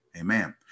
Amen